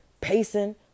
pacing